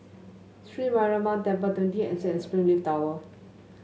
Sri Mariamman Temple Twenty Anson and Springleaf Tower